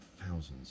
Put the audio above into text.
thousands